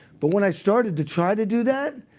but when i started to try to do that,